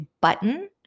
button